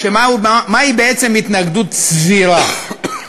מהי בעצם התנגדות סבירה.